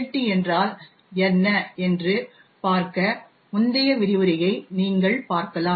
D என்றால் என்ன என்று பார்க்க முந்தைய விரிவுரையை நீங்கள் பார்க்கலாம்